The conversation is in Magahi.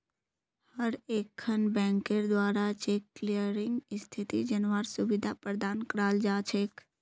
हर एकखन बैंकेर द्वारा चेक क्लियरिंग स्थिति जनवार सुविधा प्रदान कराल जा छेक